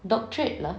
doctorate lah